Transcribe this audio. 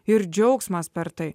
ir džiaugsmas per tai